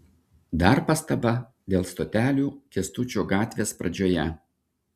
dar pastaba dėl stotelių kęstučio gatvės pradžioje